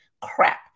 crap